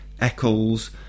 Eccles